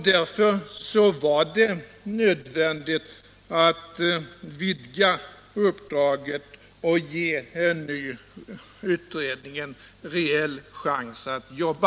Därför var det nödvändigt att vidga uppdraget och ge en ny utredning en rejäl chans att jobba.